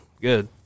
good